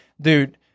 Dude